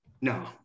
No